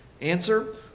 Answer